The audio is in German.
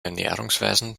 ernährungsweisen